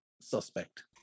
suspect